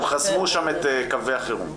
הם חסמו שם את קווי החירום.